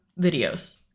videos